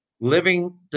living